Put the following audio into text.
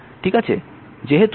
ঠিক আছে